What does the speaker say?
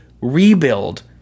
rebuild